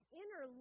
inner